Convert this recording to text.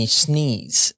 sneeze